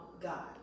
God